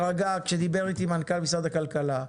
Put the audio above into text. כשדיבר אתי מנכ"ל משרד הכלכלה,